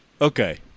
Okay